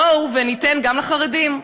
בואו ניתן גם לחרדים.